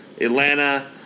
atlanta